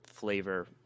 flavor